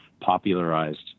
popularized